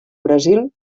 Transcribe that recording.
brasil